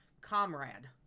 comrade